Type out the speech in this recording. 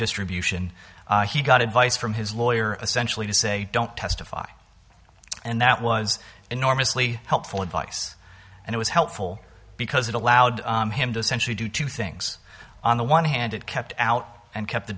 distribution he got advice from his lawyer essentially to say don't testify and that was enormously helpful advice and it was helpful because it allowed him to essentially do two things on the one hand it kept out and kept the